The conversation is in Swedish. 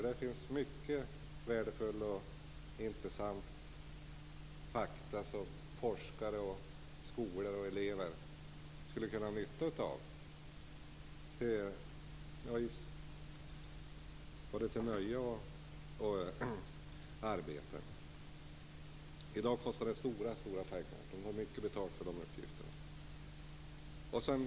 Där finns många värdefulla och intressanta fakta som forskare och elever skulle kunna ha nytta av både till nöje och arbete. I dag kostar det stora pengar. Man tar mycket betalt för de uppgifterna. Så till frågan om elektronisk handel.